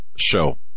Show